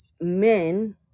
men